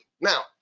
now